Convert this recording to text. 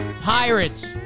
Pirates